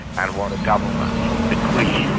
and what a government bequeaths,